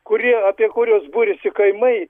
kurie apie kuriuos buriasi kaimai